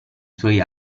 suoi